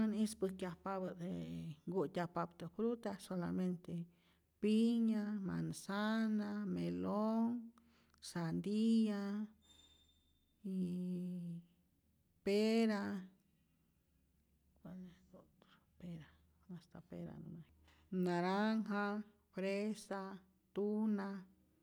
Än ispäjkyajpapä't je nkutyajpaptä fruta solamente piña, manzana, melonh, sandiya yy pera, cuales otro, pera, ya esta pera ya, naranja, fresa, tuna.